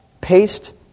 paste